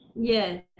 Yes